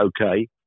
okay